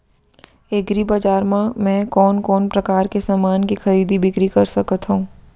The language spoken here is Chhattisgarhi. एग्रीबजार मा मैं कोन कोन परकार के समान के खरीदी बिक्री कर सकत हव?